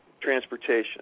transportation